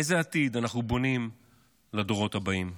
איזה עתיד אנחנו בונים לדורות הבאים?